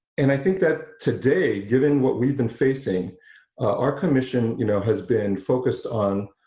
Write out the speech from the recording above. and i think that today given what we've been facing our commission you know, has been focused on